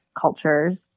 cultures